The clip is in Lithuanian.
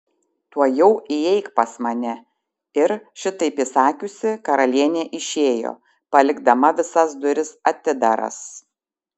tuojau įeik pas mane ir šitaip įsakiusi karalienė išėjo palikdama visas duris atidaras